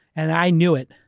and i knew it.